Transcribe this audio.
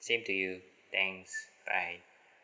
same to you thanks bye